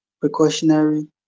precautionary